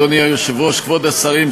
כבוד השרים,